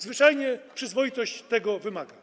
Zwyczajnie przyzwoitość tego wymaga.